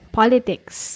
politics